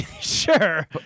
Sure